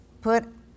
put